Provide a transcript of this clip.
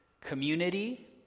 community